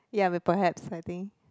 ya we perhaps I think